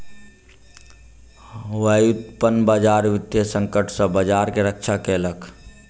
व्युत्पन्न बजार वित्तीय संकट सॅ बजार के रक्षा केलक